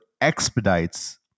expedites